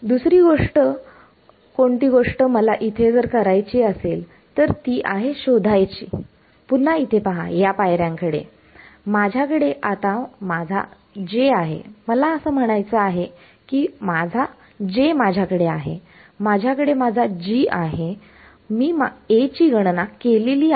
दुसरी कोणती गोष्ट मला इथे जर करायची आहे तर ती आहे शोधायची पुन्हा इथे पहा या पायर्यांकडे माझ्याकडे आता माझा J आहे मला म्हणायचं आहे की माझा J माझ्याकडे आहे माझ्याकडे माझा G आहे मी A ची गणना केली आहे